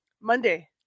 Monday